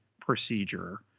procedure